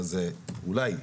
אולי,